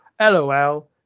LOL